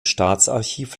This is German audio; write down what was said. staatsarchiv